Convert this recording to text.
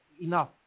enough